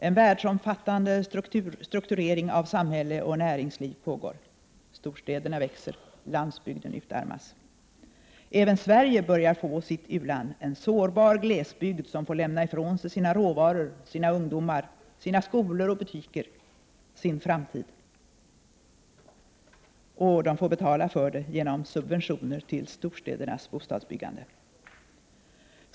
En världsomfattande omstrukturering av samhälle och näringsliv pågår. Storstäderna växer, landsbygden utarmas. Även Sverige börjar få sitt u-land, en sårbar glesbygd, som får lämna ifrån sig sina råvaror, sina ungdomar, sina skolor och butiker, sin framtid, och betala för det genom subventioner till storstädernas bostadsbyggände.